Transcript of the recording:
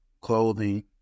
clothing